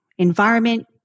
Environment